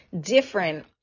different